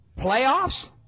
Playoffs